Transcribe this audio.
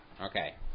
Okay